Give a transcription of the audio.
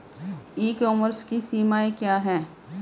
E commerce की सीमाएं क्या हैं?